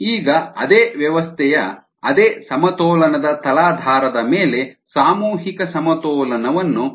ಈಗ ಅದೇ ವ್ಯವಸ್ಥೆಯ ಅದೇ ಸಮತೋಲನದ ತಲಾಧಾರದ ಮೇಲೆ ಸಾಮೂಹಿಕ ಸಮತೋಲನವನ್ನು ಮಾಡೋಣ